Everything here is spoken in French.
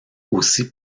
aussi